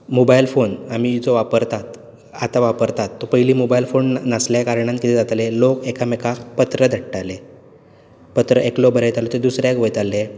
mobile phone आमी जो वापरतात आतां वापरतात तो पयलीं मोबायल फोन नासले कारणान कितें जातालें लोक एकामेकांक पत्र धाडटाले पत्र एकलो बरयतालो तें दुसऱ्याक वयतालें